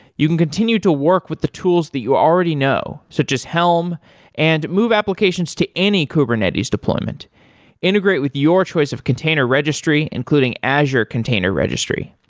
you can continue to work with the tools that you already know, so just helm and move applications to any kubernetes deployment integrate with your choice of container registry, including azure container registry.